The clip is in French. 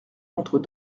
contre